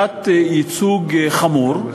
תת-ייצוג חמור,